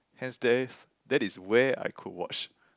hence there's that is where I could watch